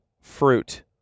fruit